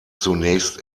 zunächst